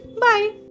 bye